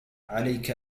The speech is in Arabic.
عليك